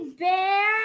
bear